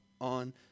on